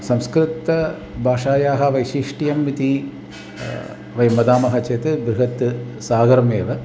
संस्कृतभाषायाः वैशिष्ट्यम् इति वयं वदामः चेत् बृहत् सागरमेव